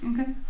Okay